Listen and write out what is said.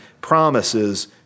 promises